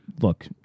Look